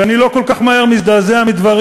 ואני לא כל כך מהר מזדעזע מדברים.